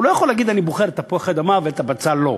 הוא לא יכול להגיד: אני בוחר את תפוחי-האדמה ואת הבצל לא.